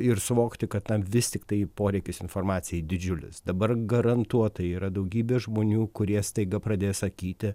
ir suvokti kad na vis tiktai poreikis informacijai didžiulis dabar garantuotai yra daugybė žmonių kurie staiga pradės sakyti